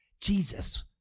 Jesus